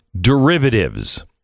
derivatives